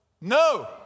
no